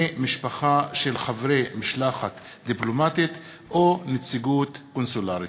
משפחה של חברי משלחת דיפלומטית או נציגות קונסולרית.